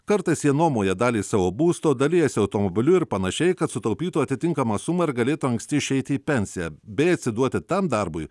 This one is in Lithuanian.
kartais jie nuomoja dalį savo būsto dalijasi automobiliu ir panašiai kad sutaupytų atitinkamą sumą ir galėtų anksti išeiti į pensiją bei atsiduoti tam darbui